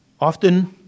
Often